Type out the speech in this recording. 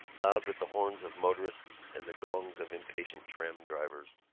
loud with the horns of motorists and the gongs of impatient tram-drivers.